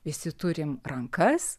visi turim rankas